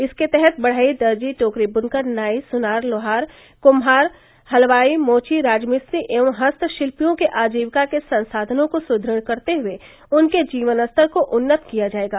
इसके तहत बढ़ई दर्जी टोकरी बुनकर नाई सुनार लोहार कुम्हार हलवाई मोची राजमिस्त्री एवं हस्तशिल्पियों के आजीविका के संसाधनों को सुदृढ़ करते हुए उनके जीवन स्तर को उन्नत किया जायेगा